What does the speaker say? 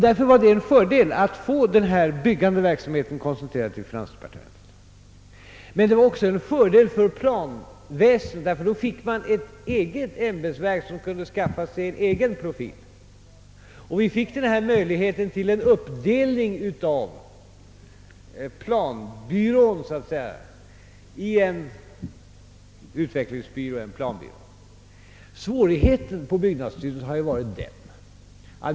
Därför var det en fördel att få den här byggande verksamheten koncentrerad till finansdepartementet, men det var också en fördel för planväsendet, därför att man då fick ett eget ämbetsverk som kunde skaffa sig en egen profil. Vi fick den här möjligheten till en uppdelning av planbyrån så att säga i en utvecklingsbyrå och en planbyrå.